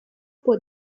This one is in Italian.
può